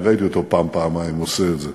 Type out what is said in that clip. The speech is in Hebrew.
אני ראיתי אותו פעם-פעמיים עושה את זה.